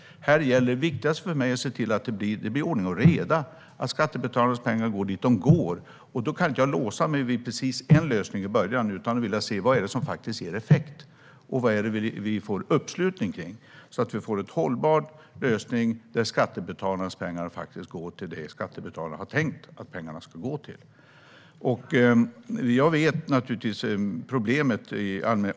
Det viktigaste för mig är att se till att det blir ordning och reda, att skattebetalarnas pengar går dit de ska gå, och då kan jag inte låsa mig vid en enda lösning i början. Jag vill se vad som faktiskt ger effekt och vad vi får uppslutning kring så att vi får en hållbar lösning där skattebetalarnas pengar faktiskt går till det som skattebetalarna har tänkt att pengarna ska gå till. Jag känner naturligtvis till problemet.